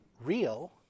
real